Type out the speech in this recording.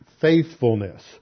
faithfulness